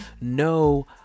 no